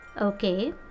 Okay